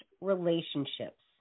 relationships